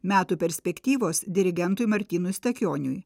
metų perspektyvos dirigentui martynui stakioniui